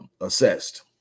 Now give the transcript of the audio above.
assessed